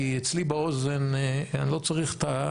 כי אצלי באוזן אני לא צריך את,